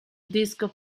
disco